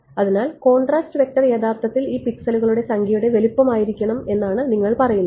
അതിനാൽ contrast vector യഥാർത്ഥത്തിൽ ഈ പിക്സലുകളുടെ സംഖ്യയുടെ വലുപ്പം ആയിരിക്കണം എന്നാണ് നിങ്ങൾ പറയുന്നത്